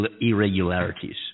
irregularities